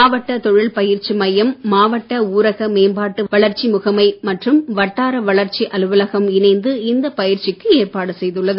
மாவட்ட தொழில் பயிற்சி மையம் மாவட்ட ஊரக மேம்பாட்டு வளர்ச்சி முகமை மற்றும் வட்டார வளர்ச்சி அலுவலகம் இணைந்து இந்தப் பயிற்சிக்கு ஏற்பாடு செய்துள்ளது